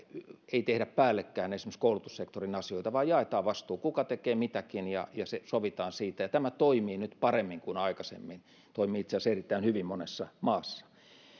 ei tehdä päällekkäin esimerkiksi koulutussektorin asioita vaan jaetaan vastuu siitä kuka tekee mitäkin ja sovitaan siitä ja tämä toimii nyt paremmin kuin aikaisemmin toimii itse asiassa erittäin hyvin monessa maassa